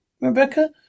Rebecca